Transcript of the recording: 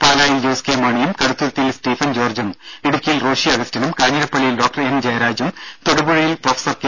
പാലായിൽ ജോസ് കെ മാണിയും കടുത്തുരുത്തിയിൽ സ്റ്റീഫൻ ജോർജ്ജും ഇടുക്കിയിൽ റോഷി അഗസ്റ്റിനും കാഞ്ഞിരപ്പള്ളിയിൽ ഡോക്ടർ എൻ ജയരാജും തൊടുപുഴയിൽ പ്രൊഫസർ കെ